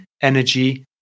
energy